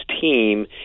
team